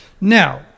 now